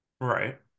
Right